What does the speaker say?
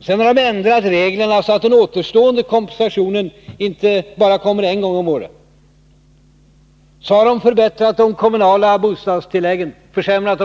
Sedan har de ändrat reglerna så att den återstående kompensationen bara kommer en gång om året, och vidare har de kommunala bostadstilläggen försämrats,